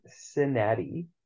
Cincinnati